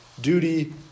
Duty